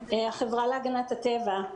החברה להגנת הטבע.